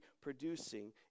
producing